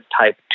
type